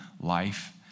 life